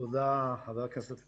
תודה, חבר הכנסת קרעי.